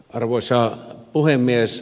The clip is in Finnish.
arvoisa puhemies